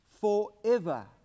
forever